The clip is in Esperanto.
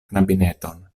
knabineton